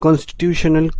constitutional